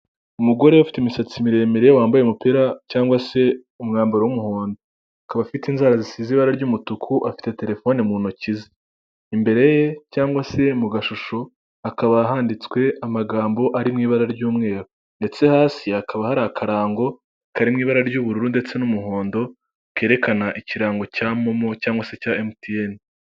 Umugore ufite imisatsi miremire, wambaye umupira cyangwa se umwambaro w'umuhondo, akaba afite inzara zisize ibara ry'umutuku, afite telefone mu ntoki ze, imbere ye cyangwa se mu gashusho, hakaba handitswe amagambo ari mu ibara ry'umweru, ndetse hasi hakaba hari akarango kari mu ibara ry'ubururu, ndetse n'umuhondo, kerekana ikirango cya momo, cyangwa se cya MTN.